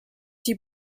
die